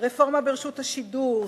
רפורמה ברשות השידור,